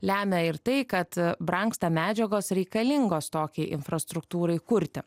lemia ir tai kad brangsta medžiagos reikalingos tokiai infrastruktūrai kurti